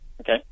okay